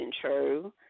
true